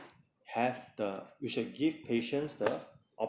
have the we should give patients the op~